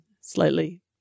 Slightly